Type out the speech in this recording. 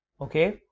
Okay